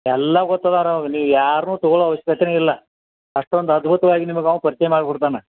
ಎಲ್ಲ ಗೊತ್ತದೆ ಅವ್ರು ಅವ ನೀವು ಯಾರನ್ನೂ ತಗೊಳ್ಳೋ ಆವಶ್ಯಕತೆಯೇ ಇಲ್ಲ ಅಷ್ಟೊಂದು ಅದ್ಭುತವಾಗಿ ನಿಮಗೆ ಅವ ಪರಿಚಯ ಮಾಡಿಕೊಡ್ತಾನೆ